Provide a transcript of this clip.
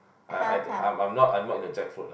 I I I'm I'm not I'm not into jackfruit lah